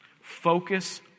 Focus